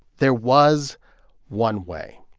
there was one way.